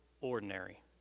ordinary